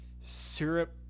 syrup